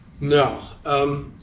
No